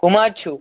کٕم حظ چھُو